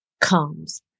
comes